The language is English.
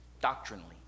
doctrinally